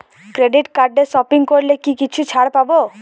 Credit কার্ডে shopping করলে কি কিছু ছাড় পাব?